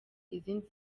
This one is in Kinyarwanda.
izindi